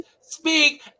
speak